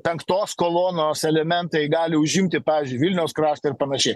penktos kolonos elementai gali užimti pavyzdžiui vilniaus kraštą ir panašiai